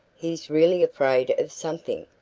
he's really afraid of something.